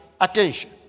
attention